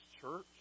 church